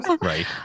Right